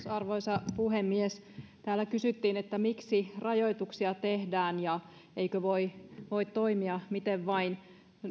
arvoisa puhemies täällä kysyttiin miksi rajoituksia tehdään ja eikö voi voi toimia miten vain